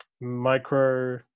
micro